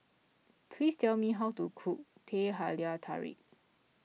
please tell me how to cook Teh Halia Tarik